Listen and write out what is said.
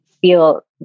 feel